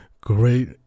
great